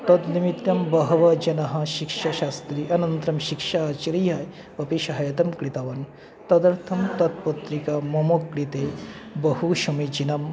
तन्निमित्तं बहवः जनाः शिक्षाशास्त्री अनन्तरं शिक्षा अचार्य अपि सहायतं कृतवान् तदर्थं तत् पत्रिका मम कृते बहुसमीचीनं